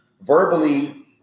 verbally